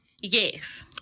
Yes